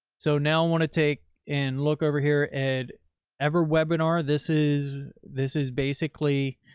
so now i want to take and look over here and ever webinar. this is, this is basically,